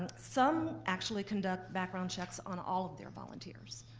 some actually conduct background checks on all of their volunteers.